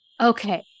okay